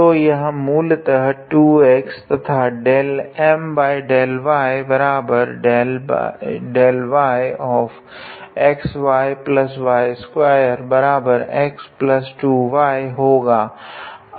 तो यह मूलतः 2x तथा होगा